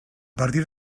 partir